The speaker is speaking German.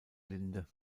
linde